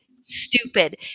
stupid